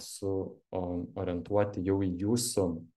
su o orientuoti jau į jūsų a bni